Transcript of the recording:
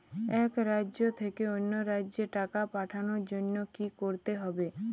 এক রাজ্য থেকে অন্য রাজ্যে টাকা পাঠানোর জন্য কী করতে হবে?